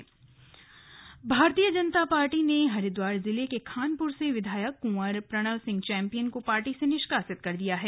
slug Pranav निष्कासन भारतीय जनता पार्टी ने हरिद्वार जिले के खानपुर से विधायक कुंवर प्रणव सिंह चैंपियन को पार्टी से निष्कासित कर दिया है